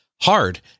hard